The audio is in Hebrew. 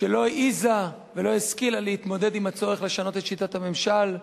שלא העזה ולא השכילה להתמודד עם הצורך לשנות את שיטת הממשל,